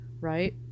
right